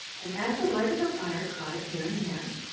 and as the light of the fire caught it here and there,